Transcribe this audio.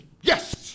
yes